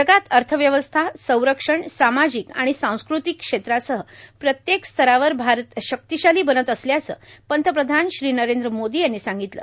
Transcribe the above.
जगात अर्थव्यवस्था संरक्षण सामाजिक आणि सांस्कृतिक क्षेत्रासह प्रत्येक स्तरावर भारत शक्तिशाली बनत असल्याचं पंतप्रधान नरेंद्र मोदी यांनी सांगितलं